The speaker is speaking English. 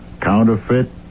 counterfeit